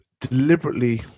deliberately